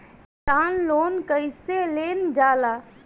किसान लोन कईसे लेल जाला?